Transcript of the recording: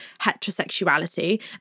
heterosexuality